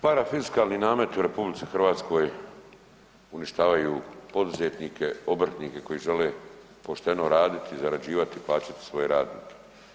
Parafiskalni nameti u RH uništavaju poduzetnike, obrtnike koji žele pošteno raditi, zarađivati i plaćati svoj rad.